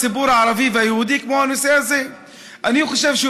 הצד של הענישה הוא חלק.